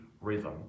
rhythm